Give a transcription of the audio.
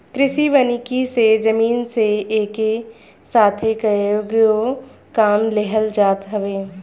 कृषि वानिकी से जमीन से एके साथ कएगो काम लेहल जात हवे